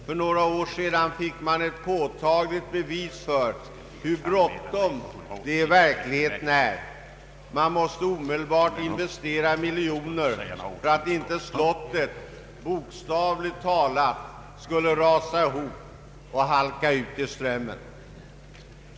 För några år sedan fick man ett påtagligt bevis för hur bråttom det i verkligheten är. Man måste ome delbart investera miljoner för att inte Slottet bokstavligt talat skulle rasa ihop och halka ut i Strömmen.